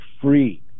free